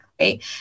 Right